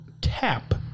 tap